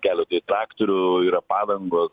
keletui traktorių yra padangos